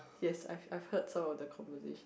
yes I I heard so the conversation